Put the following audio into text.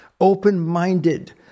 Open-minded